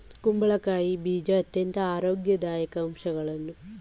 ಕುಂಬಳಕಾಯಿ ಬೀಜ ಅತ್ಯಂತ ಆರೋಗ್ಯದಾಯಕ ಅಂಶಗಳನ್ನು ಒಳಗೊಂಡಿದ್ದು ಆರೋಗ್ಯ ವೃದ್ಧಿಗೆ ಸಹಾಯ ಮಾಡತ್ತದೆ